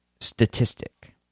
statistic